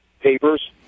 papers